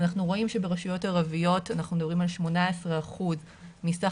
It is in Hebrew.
אנחנו רואים שברשויות ערביות אנחנו מדברים על 18% מסך